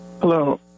Hello